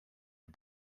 der